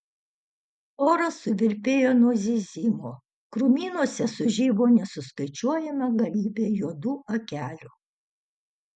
oras suvirpėjo nuo zyzimo krūmynuose sužibo nesuskaičiuojama galybė juodų akelių